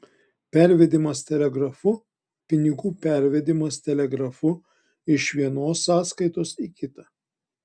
pervedimas telegrafu pinigų pervedimas telegrafu iš vienos sąskaitos į kitą